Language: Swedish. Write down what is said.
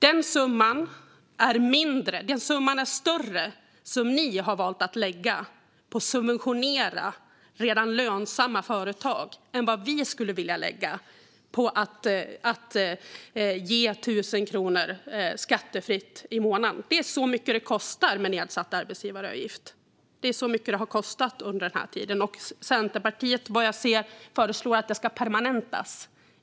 Den summa som ni har valt att lägga på att subventionera redan lönsamma företag är större än den summa som vi skulle vilja lägga på att ge 1 000 kronor skattefritt i månaden. Det är så mycket det kostar med nedsatt arbetsgivaravgift. Det är så mycket det har kostat under den här tiden. Vad jag ser föreslår Centerpartiet i sin budget att detta ska permanentas.